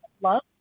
love